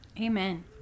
Amen